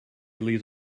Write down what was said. leaves